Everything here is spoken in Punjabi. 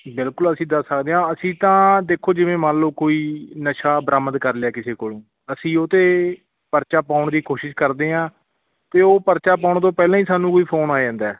ਬਿਲਕੁਲ ਅਸੀਂ ਦੱਸ ਸਕਦੇ ਹਾਂ ਅਸੀਂ ਤਾਂ ਦੇਖੋ ਜਿਵੇਂ ਮੰਨ ਲਓ ਕੋਈ ਨਸ਼ਾ ਬਰਾਮਦ ਕਰ ਲਿਆ ਕਿਸੇ ਕੋਲੋਂ ਅਸੀਂ ਉਹ 'ਤੇ ਪਰਚਾ ਪਾਉਣ ਦੀ ਕੋਸ਼ਿਸ਼ ਕਰਦੇ ਹਾਂ ਅਤੇ ਉਹ ਪਰਚਾ ਪਾਉਣ ਤੋਂ ਪਹਿਲਾਂ ਹੀ ਸਾਨੂੰ ਕੋਈ ਫੋਨ ਆ ਜਾਂਦਾ